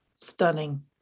Stunning